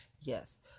yes